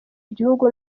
igihugu